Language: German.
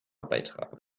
beitragen